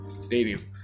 Stadium